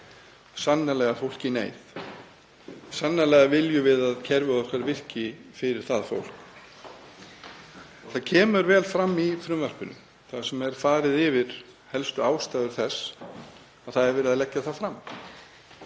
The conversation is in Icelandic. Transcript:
sannarlega fólk í neyð. Sannarlega viljum við að kerfið okkar virki fyrir það fólk. Það kemur vel fram í frumvarpinu þar sem er farið yfir helstu ástæður þess að verið er að leggja það fram.